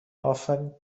افرین